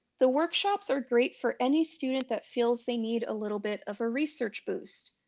the workshops are great for any student that feels they need a little bit of a research boost,